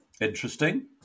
Interesting